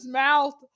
mouth